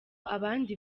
abandi